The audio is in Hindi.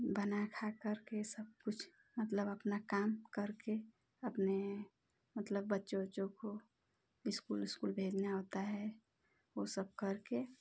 बना खा करके सब कुछ मतलब अपना काम करके अपने मतलब बच्चों उच्चों को स्कूल उस्कुल भेजना होता है वो सब करके